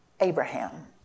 Abraham